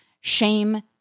shame